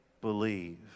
believe